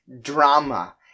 drama